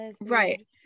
right